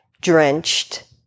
drenched